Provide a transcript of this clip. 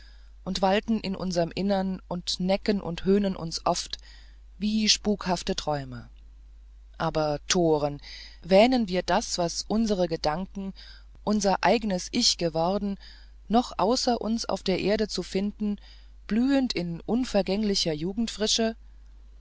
und walten in unserm innern und necken und höhnen uns oft wie spukhafte träume aber toren wähnen wir das was unser gedanke unser eignes ich worden noch außer uns auf der erde zu finden blühend in unvergänglicher